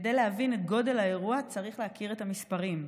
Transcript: כדי להבין את גודל האירוע, צריך להכיר את המספרים: